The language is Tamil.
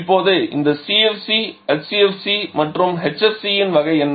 இப்போது இந்த CFC HCFC அல்லது HFC யின் வகை என்ன